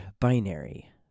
binary